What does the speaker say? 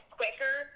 quicker